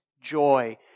joy